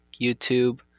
YouTube